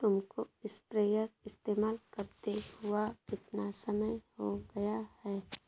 तुमको स्प्रेयर इस्तेमाल करते हुआ कितना समय हो गया है?